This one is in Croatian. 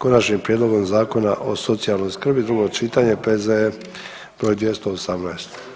Konačnim prijedlogom zakona o socijalnoj skrbi, drugo čitanje, P.Z.E. br. 218.